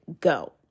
go